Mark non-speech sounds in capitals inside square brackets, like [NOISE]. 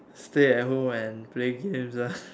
stay at home and play games ah [LAUGHS]